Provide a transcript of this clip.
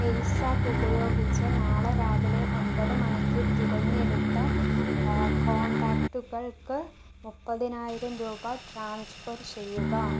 PayZapp ഉപയോഗിച്ച് നാളെ രാവിലെ ഒമ്പത് മണിക്ക് തിരഞ്ഞെടുത്ത കോൺടാക്റ്റുകൾക്ക് മുപ്പതിനായിരം രൂപ ട്രാൻസ്ഫർ ചെയ്യുക